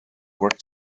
work